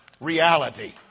reality